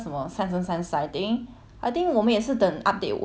I think 我们也是等 update 完 liao 之后我们俩不是有一起看